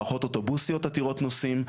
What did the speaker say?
מערכות אוטובוסיות עתירות נוסעים,